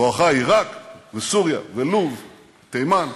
בואכה עיראק, וסוריה, ולוב, תימן,